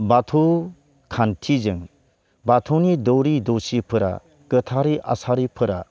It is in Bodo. बाथौ खान्थिजों बाथौनि दौरि दौसिफोरा गोथारै आसारिफोरा